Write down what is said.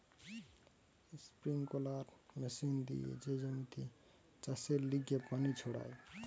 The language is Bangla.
স্প্রিঙ্কলার মেশিন দিয়ে যে জমিতে চাষের লিগে পানি ছড়ায়